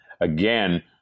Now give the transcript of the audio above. Again